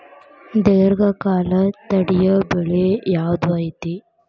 ದೇರ್ಘಕಾಲ ತಡಿಯೋ ಬೆಳೆ ಯಾವ್ದು ಐತಿ?